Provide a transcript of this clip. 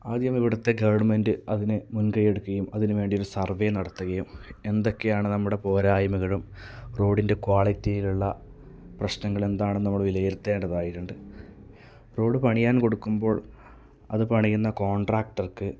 ആദ്യം ഇവിടുത്തെ ഗവൺമെന്റ് അതിന് മുൻകൈയെടുക്കുകയും അതിനു വേണ്ടി ഒരു സർവ്വേ നടത്തുകയും എന്തൊക്കെയാണ് നമ്മുടെ പോരായ്മകളും റോഡിന്റെ ക്വാളിറ്റിയിലുള്ള പ്രശ്നങ്ങൾ എന്താണ് എന്ന് നമ്മള് വിലയിരുത്തേണ്ടതായിട്ടുണ്ട് റോഡ് പണിയാൻ കൊടുക്കുമ്പോൾ അതു പണിയുന്ന കോൺട്രാക്ടർക്ക്